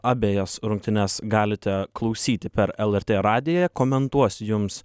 abejas rungtynes galite klausyti per lrt radiją komentuos jums